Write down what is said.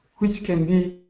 which can be